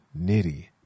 nitty